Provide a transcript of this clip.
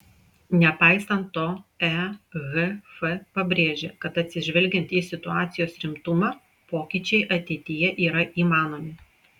nepaisant to ehf pabrėžė kad atsižvelgiant į situacijos rimtumą pokyčiai ateityje yra įmanomi